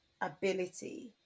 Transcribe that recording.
ability